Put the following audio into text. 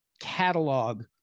catalog